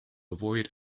avoid